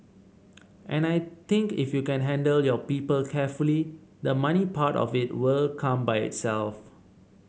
and I think if you can handle your people carefully the money part of it will come by itself